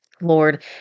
Lord